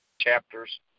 chapters